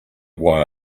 why